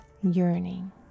Yearning